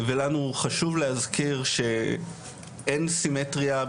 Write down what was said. ולנו חשוב להזכיר שאין סימטריה.